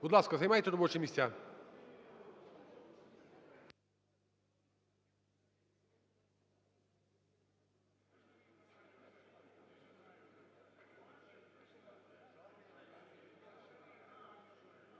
Будь ласка, займайте робочі місця.